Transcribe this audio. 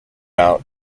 out